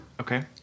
Okay